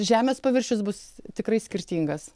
žemės paviršius bus tikrai skirtingas